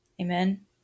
Amen